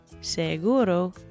Seguro